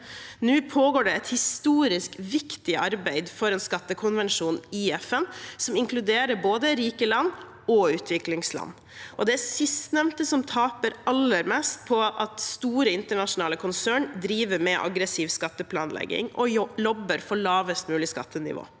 Nå pågår det et historisk viktig arbeid for en skattekonvensjon i FN, som inkluderer både rike land og utviklingsland. Det er sistnevnte som taper aller mest på at store internasjonale konsern driver med aggressiv skatteplanlegging og lobber for lavest mulig skattenivåer.